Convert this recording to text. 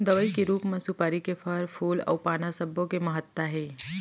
दवई के रूप म सुपारी के फर, फूल अउ पाना सब्बो के महत्ता हे